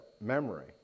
memory